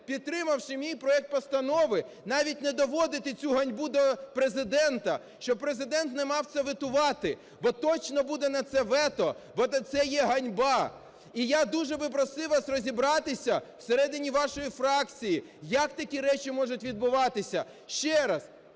підтримавши мій проект постанови, навіть не доводити цю ганьбу до Президента, щоб Президент не мав це ветувати. Бо точно буде на це вето, бо це є ганьба. І я дуже просив би вас розібратися всередині вашої фракції, як такі речі можуть відбуватися. Ще раз,